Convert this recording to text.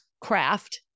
craft